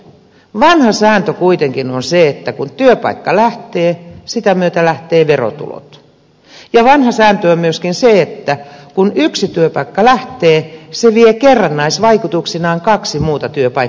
vanha sääntö kuitenkin on se että kun työpaikka lähtee sitä myötä lähtevät verotulot ja vanha sääntö on myöskin se että kun yksi työpaikka lähtee se vie kerrannaisvaikutuksinaan kaksi muuta työpaikkaa mennessään